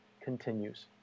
continues